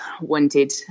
wanted